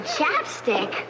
Chapstick